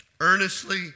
Earnestly